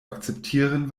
akzeptieren